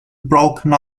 broken